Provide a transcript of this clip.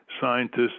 scientists